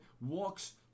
walks